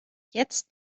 jetzt